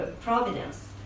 providence